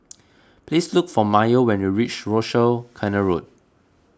please look for Mayo when you reach Rochor Canal Road